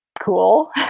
cool